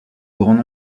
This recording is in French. grands